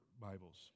Bibles